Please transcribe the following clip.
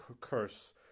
curse